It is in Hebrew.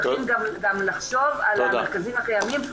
צריך גם לחשוב על המרכזים הקיימים.